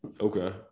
Okay